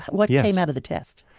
what yeah came out of the test?